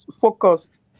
focused